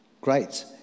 Great